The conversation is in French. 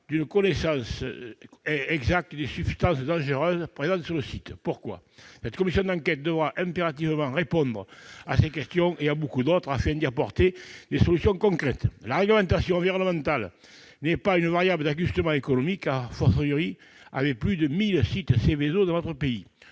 d'une connaissance exacte des substances dangereuses présentes sur le site. Pourquoi ? Cette commission d'enquête devra impérativement répondre à ces questions et à beaucoup d'autres afin d'apporter des solutions concrètes. La réglementation environnementale n'est pas une variable d'ajustement économique, avec plus de 1 000 sites Seveso dans notre pays.